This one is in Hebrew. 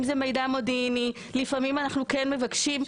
אם זה מידע מודיעיני לפעמים אנחנו כן מבקשים,